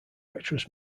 actress